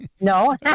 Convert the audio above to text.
No